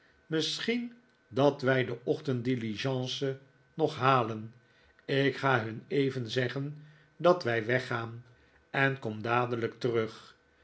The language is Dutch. misschien dat wij de ochtenddiligence nog halen ik ga hun even zeggen dat wij weggaan en kom dadelijk terug